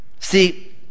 See